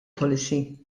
policy